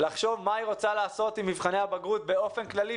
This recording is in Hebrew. לחשוב מה היא רוצה לעשות עם מבחני הבגרות באופן כללי,